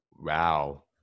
Wow